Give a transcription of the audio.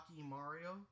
Mario